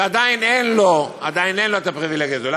ועדיין אין לו הפריבילגיה הזאת.